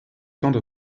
temps